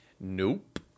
Nope